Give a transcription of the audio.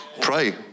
pray